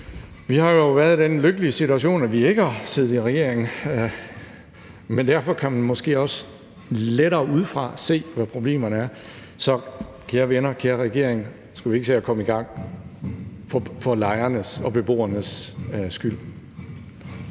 vi har jo været i den lykkelige situation, at vi ikke har siddet i regering, og derfor kan man måske også lettere udefra se, hvad problemerne er. Så kære venner, kære regering: Skulle vi ikke se at komme i gang for lejernes og beboernes skyld!